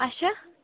اَچھا